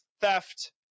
theft